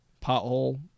Pothole